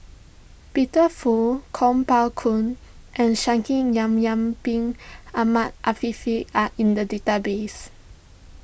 Peter Fu Kuo Pao Kun and Shaikh Yahya Bin Ahmed Afifi are in the database